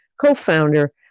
co-founder